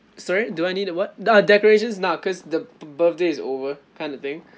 sorry do I need what ah the decorations not cause the birthday is over kind of the thing